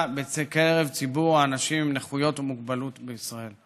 בקרב ציבור האנשים עם נכויות ומוגבלות בישראל.